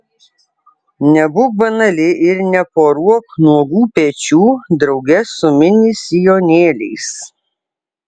nebūk banali ir neporuok nuogų pečių drauge su mini sijonėliais